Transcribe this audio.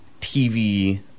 TV